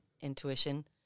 intuition